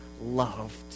loved